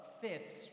fits